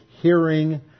hearing